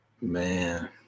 Man